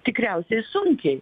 tikriausiai sunkiai